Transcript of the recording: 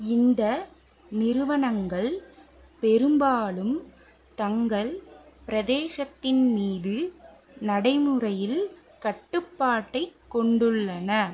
இந்த நிறுவனங்கள் பெரும்பாலும் தங்கள் பிரதேசத்தின் மீது நடைமுறையில் கட்டுப்பாட்டைக் கொண்டுள்ளன